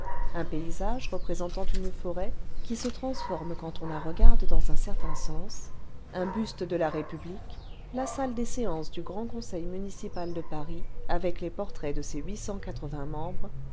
un paysage représentant une forêt qui se transforme quand on la regarde dans un certain sens un bustede la république la salle des séances du grand conseil municipal de paris avec les portraits de ses membres